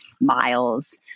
miles